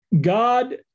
God